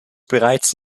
bereits